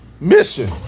Mission